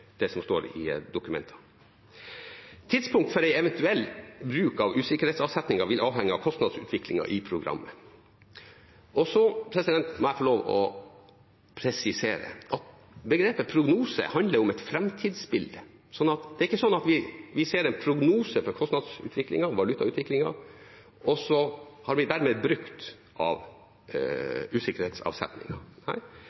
det som står i dokumentene. Tidspunkt for en eventuell bruk av usikkerhetsavsetningen vil avhenge av kostnadsutviklingen i programmet. Så må jeg få lov å presisere: Begrepet «prognose» handler om et framtidsbilde. Det er ikke slik at vi ser en prognose for kostnadsutviklingen, valutautviklingen, og så har vi dermed brukt av